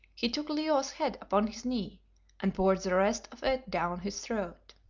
he took leo's head upon his knee and poured the rest of it down his throat.